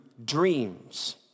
Dreams